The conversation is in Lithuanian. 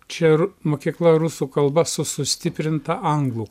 čia ir mokykla rusų kalba su sustiprinta anglų